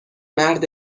مرد